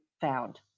found